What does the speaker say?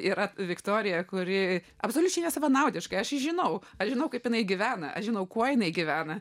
yra viktorija kuri absoliučiai nesavanaudiškai aš žinau aš žinau kaip jinai gyvena aš žinau kuo jinai gyvena